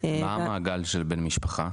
מה המעגל של בן משפחה?